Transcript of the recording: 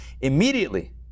Immediately